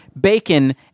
bacon